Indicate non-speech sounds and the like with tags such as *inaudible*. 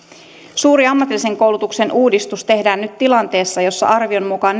suuri ammatillisen koulutuksen uudistus tehdään nyt tilanteessa jossa arvion mukaan *unintelligible*